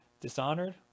Dishonored